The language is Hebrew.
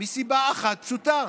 מסיבה אחת פשוטה: